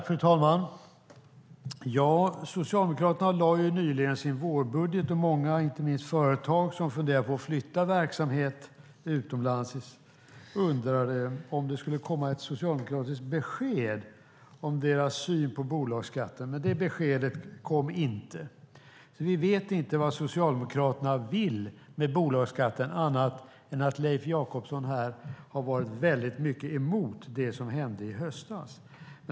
Fru talman! Socialdemokraterna lade nyligen fram sin vårbudget, och inte minst många företag som funderade på att flytta verksamhet utomlands undrade om det skulle komma ett socialdemokratiskt besked om deras syn på bolagsskatten. Det beskedet kom dock inte. Vi vet inte vad Socialdemokraterna vill med bolagsskatten annat än att Leif Jakobsson har varit väldigt mycket emot det som hände i höstas.